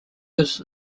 his